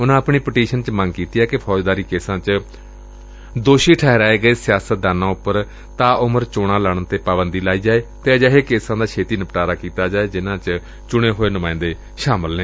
ਉਨਾਂ ਆਪਣੀ ਪਟੀਸ਼ਨ ਚ ਮੰਗ ਕੀਤੀ ਏ ਕਿ ਫੌਜਦਾਰੀ ਕੇਸਾਂ ਚ ਦੋਸ਼ੀ ਠਹਿਰਾਏ ਗਏ ਸਿਆਸਤਦਾਨਾਂ ਉਪਰਂ ਤਾ ਉਮਰ ਚੋਣਾਂ ਲੜਨ ਤੇ ਪਾਬੰਦੀ ਲਈ ਜਾਏ ਅਤੇ ਅਜਿਹੇ ਕੇਸਾ ਦਾ ਛੇਡੀ ਨਿਪਟਾਰਾ ਕੀਤਾ ਜਾਏ ਜਿਨ੍ਹਾਂ ਚ ਚੁਣੇ ਹੋਏ ਨੁਮਾਇੰਦੇ ਸ਼ਾਮਲ ਨੇ